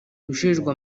ujejwe